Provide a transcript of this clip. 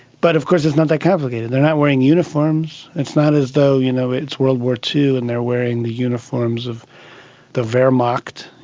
but of course it's not that complicated. they are not wearing uniforms, it's not as though you know it's world war ii and they are wearing the uniforms of the wehrmacht,